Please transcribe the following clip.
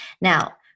Now